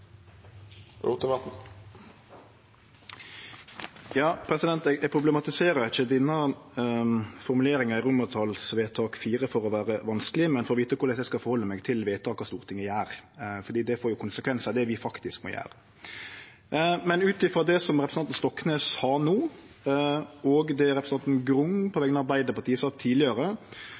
Eg problematiserer ikkje denne formuleringa i romartalsvedtak IV for å vere vanskeleg, men for å vite korleis eg skal halde meg til vedtaka Stortinget gjer, for det får konsekvensar, det vi no faktisk gjer. Men ut frå det representanten Stoknes sa no, og det representanten Grung på vegner av Arbeidarpartiet sa tidlegare,